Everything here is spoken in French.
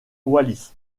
wallis